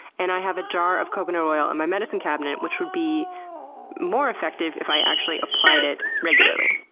and i have a jar of coconut oil in my medicine cabinet, which would be more effective if i actually applied it regularly.